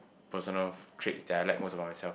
personal traits that I lack most of myself